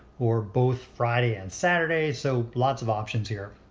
or both friday and saturday. so lots of options here.